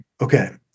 okay